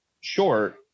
short